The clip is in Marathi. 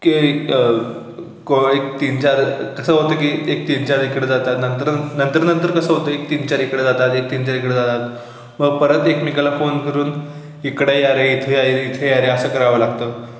की को एक तीनचार कसं होतं की एक तीनचार इकडे जातात नंतर नंतर नंतर कसं होतं तीनचार इकडे जातात एक तीनचार इकडे जातात व परत एकमेकाला फोन करून इकडं या रे इथे या रे इथे या रे असं करावं लागतं